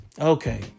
Okay